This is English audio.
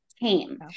came